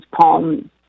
palm